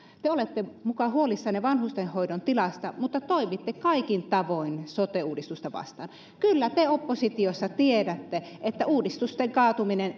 te olette muka huolissanne vanhustenhoidon tilasta mutta toimitte kaikin tavoin sote uudistusta vastaan kyllä te oppositiossa tiedätte että uudistusten kaatuminen